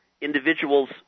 individuals